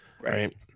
Right